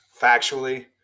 factually